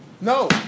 No